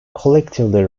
collectively